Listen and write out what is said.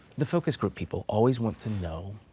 the focus group people always want to know,